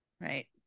Right